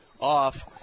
off